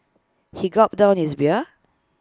he gulped down his beer